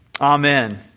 Amen